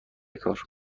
کار